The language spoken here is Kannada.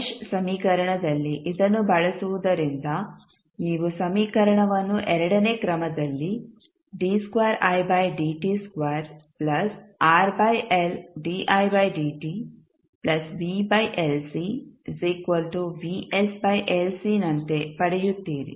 ಮೆಶ್ ಸಮೀಕರಣದಲ್ಲಿ ಇದನ್ನು ಬಳಸುವುದರಿಂದ ನೀವು ಸಮೀಕರಣವನ್ನು ಎರಡನೇ ಕ್ರಮದಲ್ಲಿ ನಂತೆ ಪಡೆಯುತ್ತೀರಿ